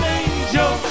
angel